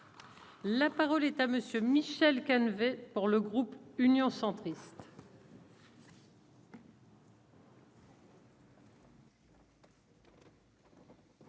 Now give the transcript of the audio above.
La parole est à monsieur Michel Canevet pour le groupe Union centriste.